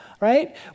right